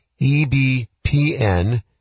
EBPN